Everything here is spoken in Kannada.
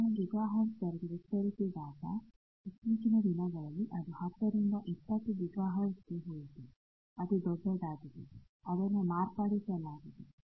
ಅದನ್ನು ಗಿಗಾಹರ್ಟ್ಜ್ ವರೆಗೆ ವಿಸ್ತರಿಸಿದಾಗ ಇತ್ತೀಚಿನ ದಿನಗಳಲ್ಲಿ ಅದು 10 20 ಗಿಗಾಹರ್ಟ್ಜ್ಗೆ ಹೋಯಿತು ಅದು ದೊಡ್ಡದಾಗಿದೆ ಅದನ್ನು ಮಾರ್ಪಡಿಸಲಾಗಿದೆ